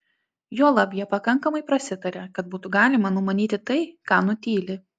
juolab jie pakankamai prasitaria kad būtų galima numanyti tai ką nutyli